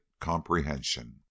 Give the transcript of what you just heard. comprehension